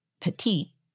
petit